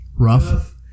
Rough